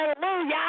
Hallelujah